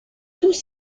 tous